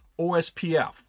OSPF